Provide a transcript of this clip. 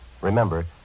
Remember